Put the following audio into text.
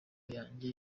yanjye